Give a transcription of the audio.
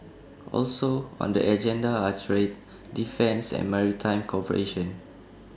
also on the agenda are trade defence and maritime cooperation